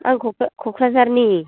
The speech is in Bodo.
आं क'क्राझारनि